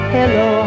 Hello